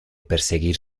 perseguir